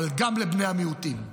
אבל גם לבני המיעוטים,